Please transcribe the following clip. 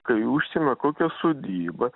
kai užsemia kokią sodybą